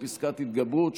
פסקת התגברות),